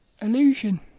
illusion